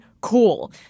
cool